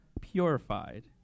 purified